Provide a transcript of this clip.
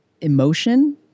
emotion